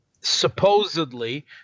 Supposedly